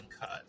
cut